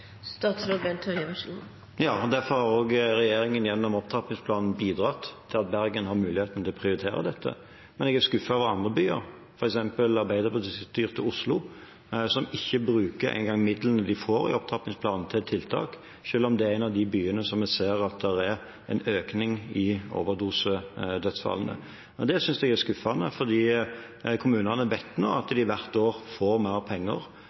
derfor har regjeringen gjennom opptrappingsplanen bidratt til at Bergen har muligheten til å prioritere dette. Men jeg er skuffet over andre byer, f.eks. Arbeiderparti-styrte Oslo, som ikke engang bruker midlene de får i opptrappingsplanen, til tiltak, selv om dette er en av de byene der vi ser en økning i overdosedødsfall. Det synes jeg er skuffende, for kommunene vet nå at de hvert år får mer penger